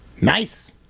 Nice